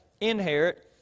inherit